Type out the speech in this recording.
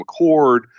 McCord